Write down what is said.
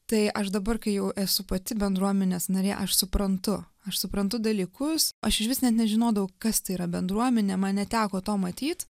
tai aš dabar kai jau esu pati bendruomenės narė aš suprantu aš suprantu dalykus aš išvis nežinodavau kas tai yra bendruomenė man neteko to matyt